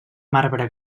marbre